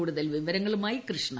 കൂടുതൽ വിവരങ്ങളുമായി കൃഷ്ണ